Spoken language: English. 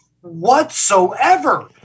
whatsoever